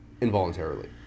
Involuntarily